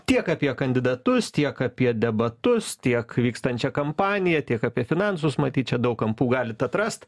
tiek apie kandidatus tiek apie debatus tiek vykstančią kampaniją tiek apie finansus matyt čia daug kampų galit atrast